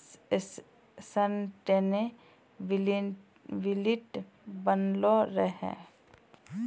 sustainability बनलो रहे